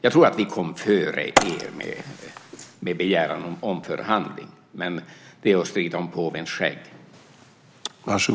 Jag tror att vi kom före er med begäran om omförhandling, men det är att strida om påvens skägg.